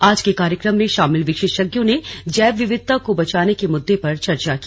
आज के कार्यक्रम में शामिल विशेषज्ञों ने जैव विविधता को बचाने के मुद्दे पर चर्चा की